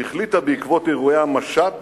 שהחליטה בעקבות אירועי המשט